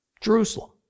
Jerusalem